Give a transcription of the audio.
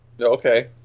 Okay